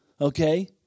okay